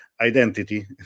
identity